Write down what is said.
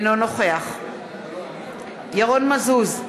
אינו נוכח ירון מזוז,